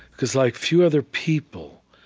because like few other people,